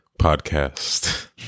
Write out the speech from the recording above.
podcast